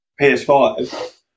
PS5